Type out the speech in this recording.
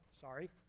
sorry